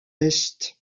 est